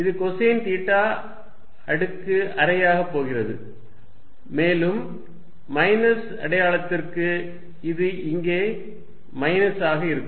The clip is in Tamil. இது கொசைன் தீட்டா அடுக்கு அரையாக போகிறது மேலும் மைனஸ் அடையாளத்திற்கு இது இங்கே மைனஸாக இருக்கும்